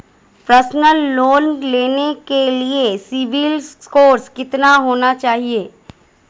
Personal loan लेने के लिए सिबिल स्कोर कितना होना चाहिए?